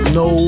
no